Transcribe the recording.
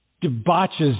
debauches